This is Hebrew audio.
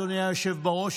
אדוני היושב בראש,